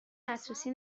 دسترسی